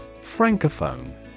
Francophone